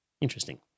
Interesting